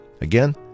Again